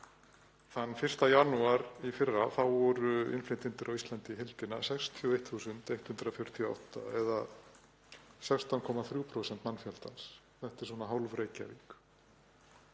Þann 1. janúar í fyrra voru innflytjendur á Íslandi í heildina 61.148 eða 16,3% mannfjöldans. Þetta er svona hálf Reykjavík.